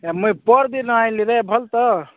ଏ ମୁଇଁ ପରଦିନ୍ ଆଇଲିରେ ଭଲ ତ